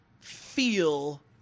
feel